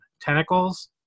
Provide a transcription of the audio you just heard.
Tentacles